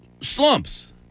slumps